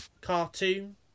cartoon